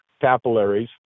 capillaries